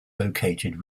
located